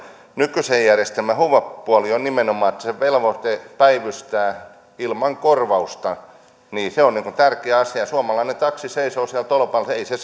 nykyisen järjestelmän hyvä puoli on nimenomaan se velvoite päivystää ilman korvausta se on tärkeä asia suomalainen taksi seisoo siellä tolpalla ei se